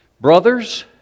brothers